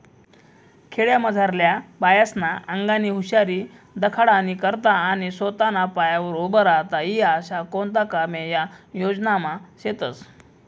खेडामझारल्या बायास्ना आंगनी हुशारी दखाडानी करता आणि सोताना पायावर उभं राहता ई आशा कोणता कामे या योजनामा शेतस